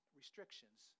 restrictions